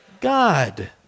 God